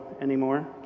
anymore